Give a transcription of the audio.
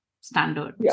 standard